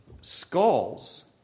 skulls